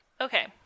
Okay